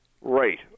right